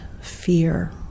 fear